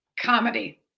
comedy